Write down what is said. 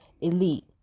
Elite